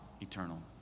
eternal